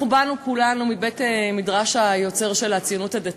באנו כולנו מבית-המדרש היוצר של הציונות הדתית: